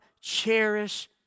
cherish